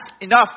enough